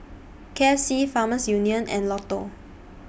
K F C Farmers Union and Lotto